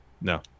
No